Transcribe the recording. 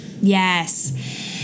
yes